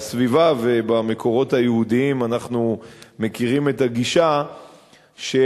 במקורות היהודיים אנחנו מכירים את הגישה של